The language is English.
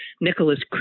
Nicholas